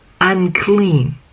unclean